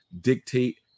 dictate